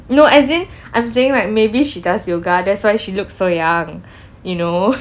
no as in I'm saying like maybe she does yoga that's why she looks so young you know